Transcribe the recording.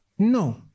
No